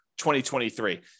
2023